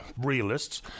realists